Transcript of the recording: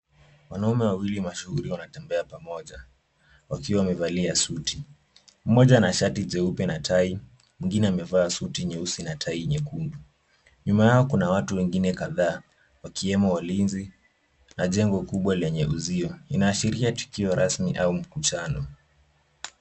Wanaume wawili mashuhiri wanatembea pamoja wakiwa wamevalia suti. Mmoja ana shati jeupe na tai mwingine amevaa suti nyeusi na tai nyekundu. Nyuma yao kuna watu wengine kadhaa wakiwemo walinzi na jengo kubwa lenye uzio. Inaashiria tukio rasmi au mkutano.